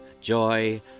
Joy